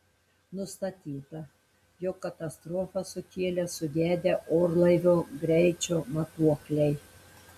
nustatyta jog katastrofą sukėlė sugedę orlaivio greičio matuokliai